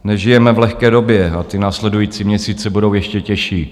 Nežijeme v lehké době a následující měsíce budou ještě těžší.